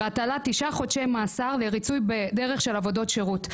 בהטלת תשעה חודשי מאסר לריצוי בדרך של עבודות שירות",